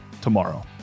tomorrow